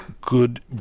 good